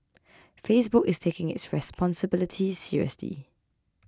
Facebook is taking its responsibility seriously